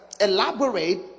elaborate